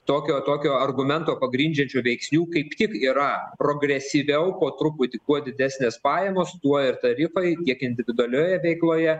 tokio tokio argumento pagrindžiančių veiksnių kaip tik yra progresyviau po truputį kuo didesnės pajamos tuo ir tarifai tiek individualioje veikloje